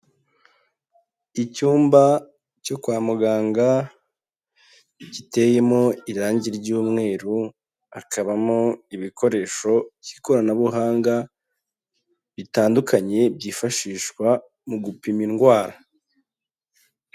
Icyumba cyo kwa muganga, giteyemo irangi ry'umweru, hakabamo ibikoresho by'ikoranabuhanga bitandukanye, byifashishwa mu gupima indwara.